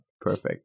Perfect